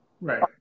Right